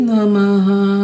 Namaha